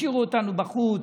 השאירו אותנו בחוץ,